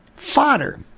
fodder